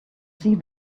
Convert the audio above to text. see